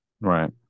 Right